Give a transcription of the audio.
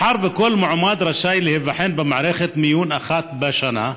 מאחר שכל מועמד רשאי להיבחן במערכת מיון אחת לשנה,